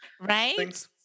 Right